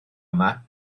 yma